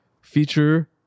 feature